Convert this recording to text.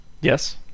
Yes